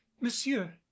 monsieur